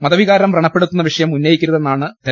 മതവികാരം വ്രണപ്പെ ടുത്തുന്ന വിഷയം ഉന്നയിക്കരുതെന്നാണ് തെര